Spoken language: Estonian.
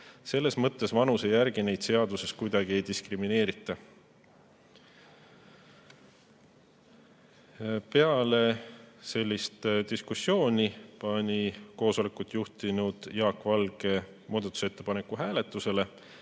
selles mõttes vanuse järgi neid seaduses kuidagi ei diskrimineerita. Peale diskussiooni pani koosolekut juhtinud Jaak Valge muudatusettepaneku hääletusele.